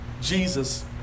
Jesus